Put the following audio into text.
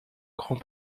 grand